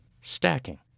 stacking